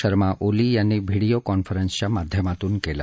शर्मा ओली यांनी video conference च्या माध्यमातून केलं